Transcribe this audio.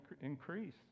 increase